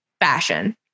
fashion